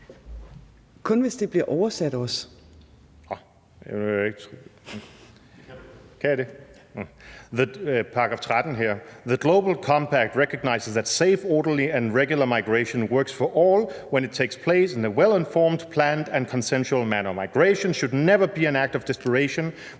Kl. 14:11 Morten Messerschmidt (DF): Nå! Kan jeg det? I paragraf 13 står der: »This Global Compact recognizes that safe, orderly and regular migration works for all when it takes place in a well-informed, planned and consensual manner. Migration should never be an act of desperation.